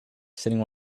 sitting